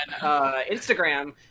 Instagram